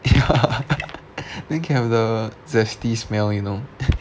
ya then can have the zesty smell you know